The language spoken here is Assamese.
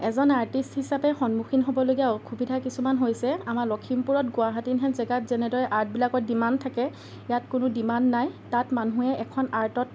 এজন আৰ্টিষ্ট হিচাপে সন্মুখীন হ'বলগীয়া অসুবিধা কিছুমান হৈছে আমাৰ লখিমপুৰত গুৱাহাটীহেন জেগাত যেনেকৈ আৰ্টবিলাকৰ ডিমাণ্ড থাকে ইয়াত কোনো ডিমাণ্ড নাই তাত মানুহে এখন আৰ্টত